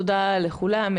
תודה לכולם,